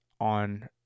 on –